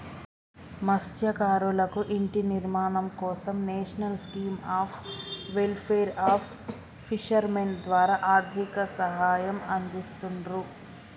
మత్స్యకారులకు ఇంటి నిర్మాణం కోసం national scheme of welfare of fishermen ద్వారా ఆర్థిక సహాయం అందిస్తున్రు